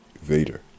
Vader